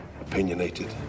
opinionated